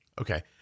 Okay